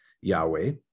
Yahweh